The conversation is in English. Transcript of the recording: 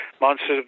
Monsters